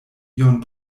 ion